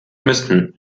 müssten